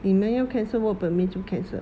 你们要 cancel work permit 就 cancel